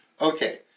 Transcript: Okay